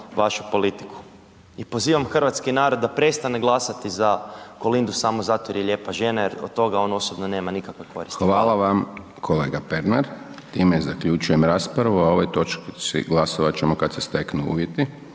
vašu politiku. I pozivam hrvatski narod da prestane glasati za Kolindu samo zato jer je lijepa žena jer od toga on osobno nema nikakve koristi. **Hajdaš Dončić, Siniša (SDP)** Hvala vam kolega Pernar. Time zaključujem raspravu, a o ovoj točci glasovat ćemo kad se steknu uvjeti.